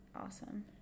awesome